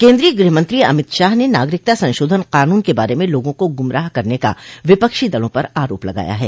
केन्द्रीय गृहमंत्री अमित शाह ने नागरिकता संशोधन कानून के बारे में लोगों को गुमराह करने का विपक्षी दलों पर आरोप लगाया है